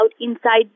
inside